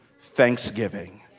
thanksgiving